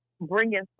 bringing